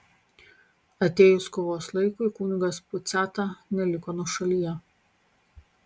atėjus kovos laikui kunigas puciata neliko nuošalyje